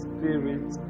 Spirit